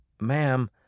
Ma'am